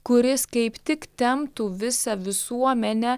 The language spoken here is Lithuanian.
kuris kaip tik temptų visą visuomenę